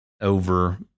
over